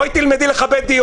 בואי תלמדי לכבד דיון.